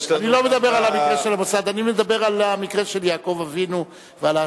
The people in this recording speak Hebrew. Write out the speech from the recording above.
אני מדבר על המקרה של יעקב אבינו ועל התקופה,